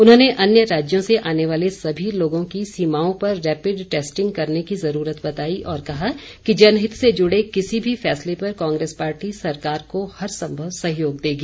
उन्होंने अन्य राज्यों से आने वाले सभी लोगों की सीमाओं पर रैपिड टैस्टिंग करने की ज़रूरत बताई और कहा कि जनहित से जुड़े किसी भी फैसले पर कांग्रेस पार्टी सरकार को हर संभव सहयोग देगी